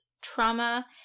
trauma